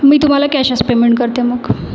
मी तुम्हाला कॅशच पेमेंट करते मग